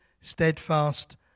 steadfast